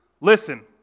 listen